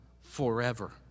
forever